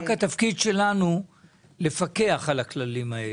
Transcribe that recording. רק התפקיד שלנו הוא לפקח על הכללים האלה.